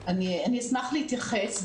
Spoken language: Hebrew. אשמח להתייחס.